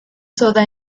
soda